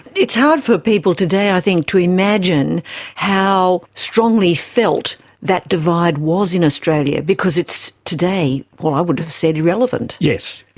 it's hard for people today, i think to imagine how strongly felt that divide was in australia, because it's today, well, i would have said irrelevant. yes.